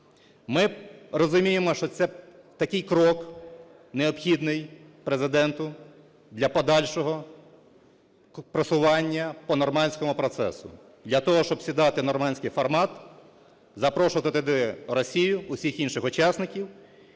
Ми розуміємо, що це такий крок необхідний Президенту для подальшого просування по "нормандському процесу". Для того, щоб сідати, "нормандський формат", запрошувати туди Росію, усіх інших учасників